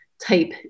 type